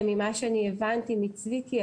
ממה שאני הבנתי מצביקי,